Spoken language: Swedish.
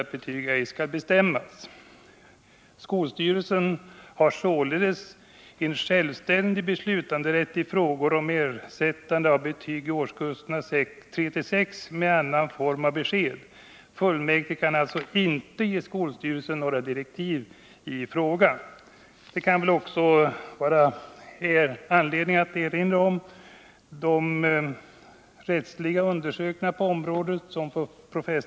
Det finns också anledning att erinra om den rättsliga undersökning på området som professor Frits Kaijser gjorde 1963 och 1964. Den avser rättsliga förhållanden som i denna del gäller också efter den nya kommunallagens tillkomst 1977.